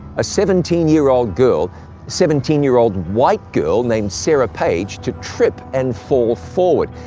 a seventeen year old girl seventeen year old white girl named sarah page, to trip and fall forward.